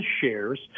shares